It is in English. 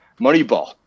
Moneyball